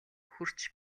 хүрч